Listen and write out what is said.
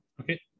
Okay